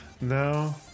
No